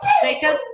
Jacob